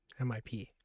MIP